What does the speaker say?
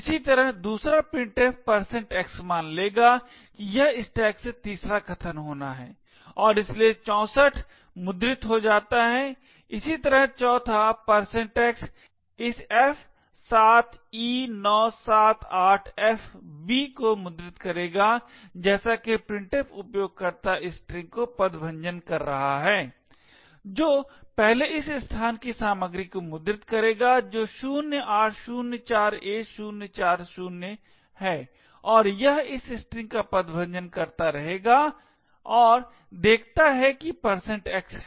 इसी तरह दूसरे printf x मान लेगा कि यह स्टैक से तीसरा कथन होना है और इसलिए 64 मुद्रित हो जाता है इसी तरह चौथा x इस f7e978fb को मुद्रित करेगा जैसा कि printf उपयोगकर्ता स्ट्रिंग को पदभंजन कर रहा है जो पहले इस स्थान की सामग्री को मुद्रित करेगा जो 0804a040 है और यह इस स्ट्रिंग का पदभंजन करता रहेगा और देखता है कि x है